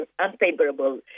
unfavorable